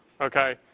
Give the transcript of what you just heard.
Okay